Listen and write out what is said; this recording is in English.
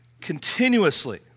continuously